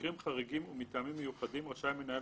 במקרים חריגים ומטעמים מיוחדים רשאי מנהל